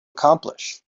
accomplish